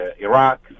Iraq